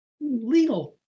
legal